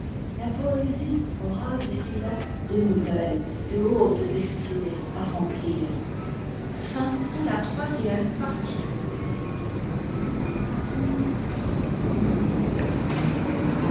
la poésie aura d'ici là de nouvelles de hautes destinées à remplir